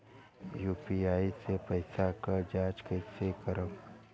UPI के पैसा क जांच कइसे करब?